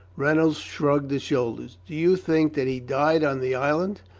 reynolds shrugged his shoulders. do you think that he died on the island?